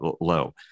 low